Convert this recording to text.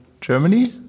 Germany